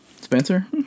Spencer